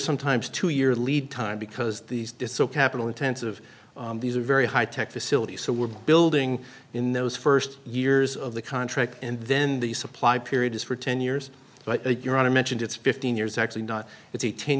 sometimes two year lead time because these desoto happen all intensive these are very high tech facilities so we're building in those first years of the contract and then the supply period is for ten years but your honor mentioned it's fifteen years actually not it's eighteen